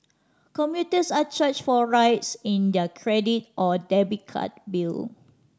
commuters are charged for rides in their credit or debit card bill